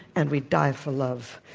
and we die for love.